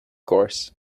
course